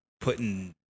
putting